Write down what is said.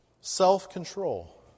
self-control